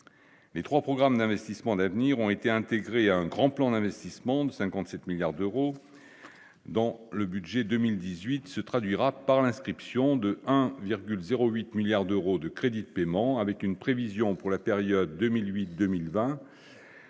les 3 programmes d'investissements d'avenir ont été intégrés à un grand plan d'investissement de 57 milliards d'euros dans le budget 2018 se traduira par l'inscription de 1 virgule 0 8 milliards d'euros de crédits de paiement avec une prévision pour la période 2008 2020,